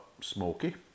smoky